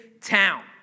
town